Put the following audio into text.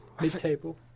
mid-table